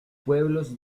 pueblos